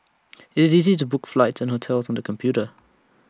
IT is easy to book flights and hotels on the computer